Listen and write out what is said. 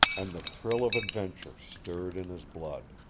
and the thrill of adventure stirred in his blood.